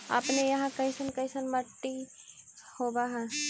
अपने यहाँ कैसन कैसन मिट्टी होब है?